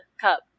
cup